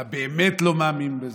אתה באמת לא מאמין בזה,